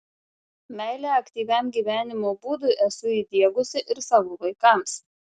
meilę aktyviam gyvenimo būdui esu įdiegusi ir savo vaikams